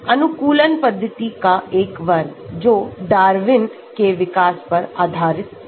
अनुकूलन पद्धति का एक वर्ग जो डार्विन के विकास पर आधारित है